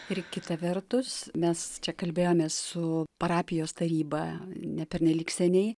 ir kita vertus mes čia kalbėjomės su parapijos taryba ne pernelyg seniai